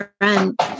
friend